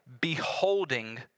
Beholding